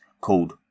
called